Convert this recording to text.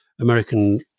American